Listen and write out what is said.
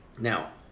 Now